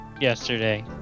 yesterday